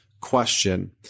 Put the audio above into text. question